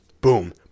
boom